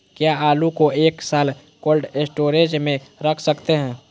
क्या आलू को एक साल कोल्ड स्टोरेज में रख सकते हैं?